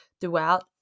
throughout